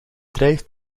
drijft